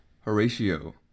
Horatio